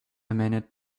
minute